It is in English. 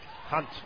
Hunt